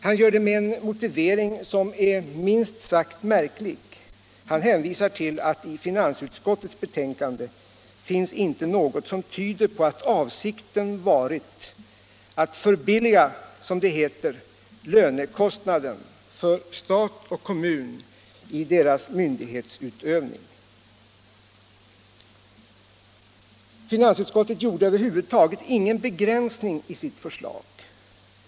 Han gör det med en motivering som är minst sagt märklig. Han hänvisar till att i finansutskottets betänkande inte finns något som tyder på att avsikten varit att förbilliga lönekostnaden för stat och kommun i deras myndighetsutövning, som det heter. Finansutskottet gjorde över huvud taget ingen begränsning i sitt förslag.